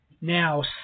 now